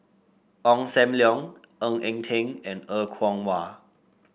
Ong Sam Leong Ng Eng Teng and Er Kwong Wah